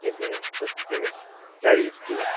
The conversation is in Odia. ତିନି ଚାରିଟି